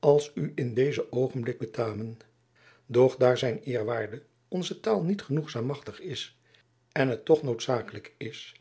als u in dezen oogenblik betamen doch daar zijn eerwaarde onze taal niet genoegzaam machtig is en het toch noodzaaklijk is